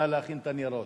נא להכין את הניירות.